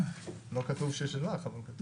לא כתוב שהיה שלך, אבל כתוב.